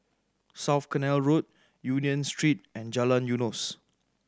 South Canal Road Union Street and Jalan Eunos